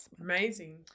Amazing